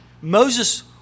Moses